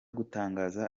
gutangaza